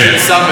כן.